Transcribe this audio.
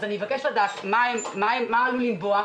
אז אני מבקשת לדעת מה עלול לנבוע?